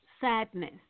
sadness